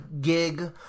gig